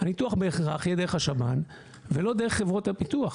הניתוח בהכרח יהיה דרך השב"ן ולא דרך חברות הביטוח,